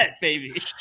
baby